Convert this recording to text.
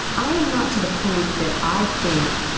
i am not to the point that i think